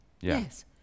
yes